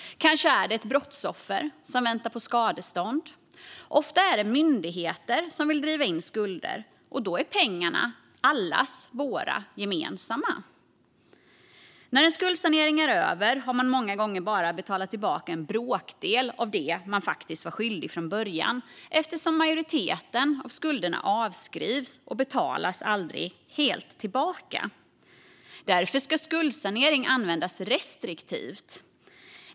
Kanske är det ett brottsoffer som väntar på skadestånd. Ofta är det myndigheter som vill driva in skulder, och då är pengarna allas våra gemensamma. När en skuldsanering är över har man många gånger bara betalat tillbaka en bråkdel av det man var skyldig från början eftersom större delen av skulderna avskrivs och aldrig återbetalas helt. Därför ska skuldsanering användas restriktivt.